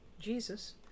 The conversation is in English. Jesus